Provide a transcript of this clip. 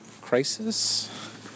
crisis